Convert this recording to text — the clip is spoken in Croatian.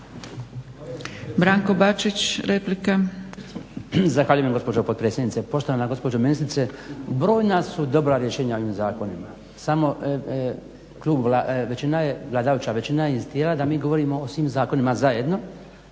Branko (HDZ)** Zahvaljujem gospođo potpredsjednice. Poštovana gospođo ministrice, brojna su dobra rješenja ovim zakonima samo većina je, vladajuća većina inzistira da mi govorimo o svim zakonima zajedno,